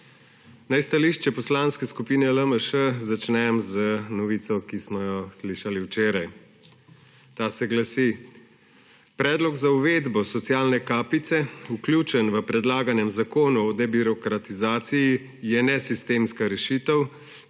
Naj stališče Poslanske skupine LMŠ začnem z novico, ki smo jo slišali včeraj. Ta se glasi: predlog za uvedbo socialne kapice, vključen v predlaganem zakonu o debirokratizaciji, je nesistemska rešitev,